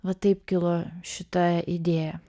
va taip kilo šita idėja